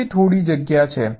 વચ્ચે થોડી જગ્યા છે